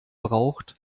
braucht